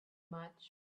much